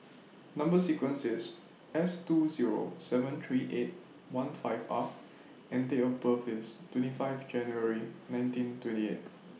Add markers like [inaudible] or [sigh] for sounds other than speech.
[noise] Number sequence IS S two Zero seven three eight one five R and Date of birth IS twenty five January nineteen twenty eight